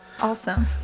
Awesome